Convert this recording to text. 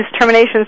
terminations